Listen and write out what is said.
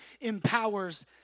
empowers